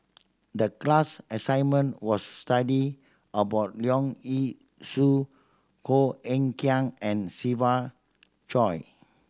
the class assignment was to study about Leong Yee Soo Koh Eng Kian and Siva Choy